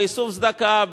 באיסוף צדקה,